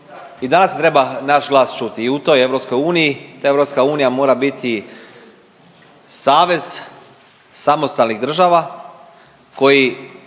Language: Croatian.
i danas se treba naš glas čuti i u toj EU. Ta EU mora biti savez samostalnih država koji